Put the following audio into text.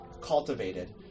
cultivated